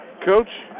Coach